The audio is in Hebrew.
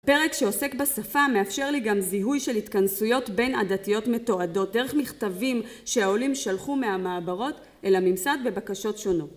הפרק שעוסק בשפה מאפשר לי גם זיהוי של התכנסויות בין עדתיות מתועדות דרך מכתבים שהעולים שלחו מהמעברות אל הממסד בבקשות שונות